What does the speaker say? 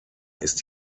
ist